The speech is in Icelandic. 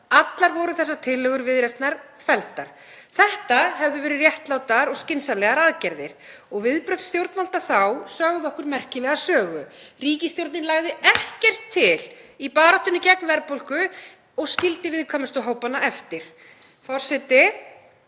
Allar voru þessar tillögur Viðreisnar felldar. Þetta hefðu verið réttlátar og skynsamlegar aðgerðir og viðbrögð stjórnvalda þá sögðu okkur merkilega sögu: Ríkisstjórnin lagði ekkert til í baráttunni gegn verðbólgu og skildi viðkvæmustu hópana eftir. Forseti.